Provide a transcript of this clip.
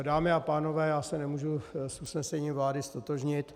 Dámy a pánové, já se nemůžu s usnesením vlády ztotožnit.